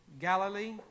Galilee